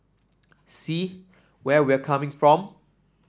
see where we're coming from